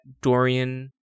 Dorian